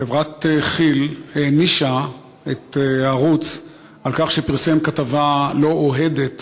חברת כי"ל הענישה את הערוץ על כך שפרסם כתבה לא אוהדת